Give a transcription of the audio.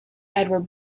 edward